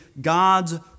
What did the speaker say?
God's